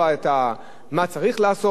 ולאחר שהמוסד מגיע,